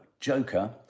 joker